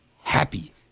happy